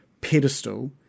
pedestal